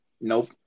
Nope